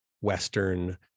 Western